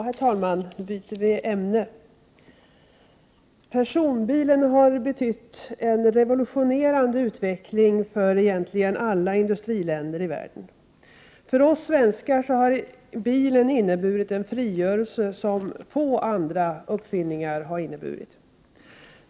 Herr talman! Ny byter vi ämne. Personbilen har betytt en revolutionerande utveckling för egentligen alla industriländer i världen. För oss svenskar har bilen inneburit en frigörelse, som få andra uppfinningar har inneburit.